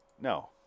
No